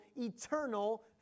eternal